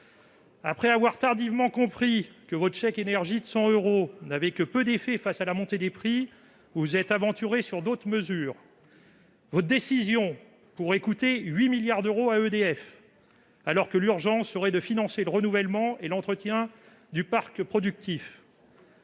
Après avoir tardivement compris que votre chèque énergie de 100 euros n'aurait que peu d'effets face à la hausse des prix, vous vous êtes aventurés dans d'autres dispositifs. Votre décision pourrait coûter 8 milliards d'euros à EDF, alors que l'urgence est de financer le renouvellement et l'entretien du parc productif.